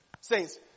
Saints